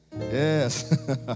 Yes